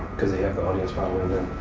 because they have the audience following them.